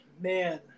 man